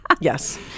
Yes